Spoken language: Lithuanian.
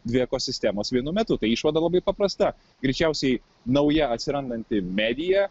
dvi ekosistemos vienu metu tai išvada labai paprasta greičiausiai nauja atsirandanti medija